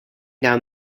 down